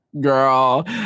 Girl